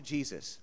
Jesus